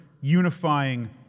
unifying